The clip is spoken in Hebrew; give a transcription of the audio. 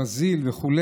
ברזיל וכו',